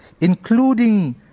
including